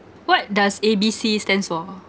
what does A_B_C stands for